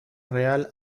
real